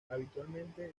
habitualmente